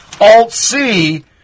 Alt-C